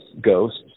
ghosts